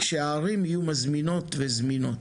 כשהערים יהיו מזמינות וזמינות.